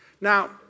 Now